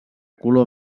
color